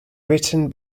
written